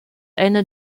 eine